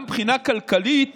גם מבחינה כלכלית